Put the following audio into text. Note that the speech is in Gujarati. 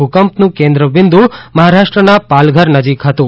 ભૂકંપનું કેન્દ્રબિંદ મહારાષ્ટ્રના પાલઘર નજીક હતું